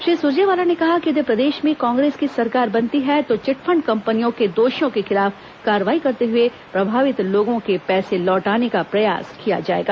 श्री सुरजेवाला ने कहा कि यदि प्रदेश में कांग्रेस की सरकार बनती है तो चिटफंड कंपनियों के दोषियों के खिलाफ कार्रवाई करते हुए प्रभावित लोगों के पैसे लौटाने का प्रयास किया जाएगा